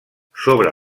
sobre